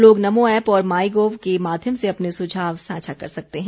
लोग नमो ऐप और my gov के माध्यम से अपने सुझाव साझा कर सकते हैं